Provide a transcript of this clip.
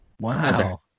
Wow